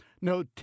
No